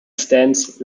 stands